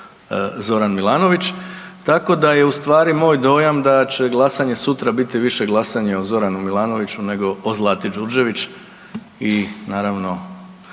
Zoran Milanović, tako da je u stvari moj dojam da će glasanje sutra biti više glasanje o Zoranu Milanoviću nego o Zlati Đurđević i naravno,